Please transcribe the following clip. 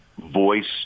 voice